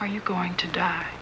are you going to die